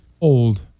Old